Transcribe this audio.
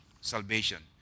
salvation